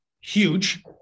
huge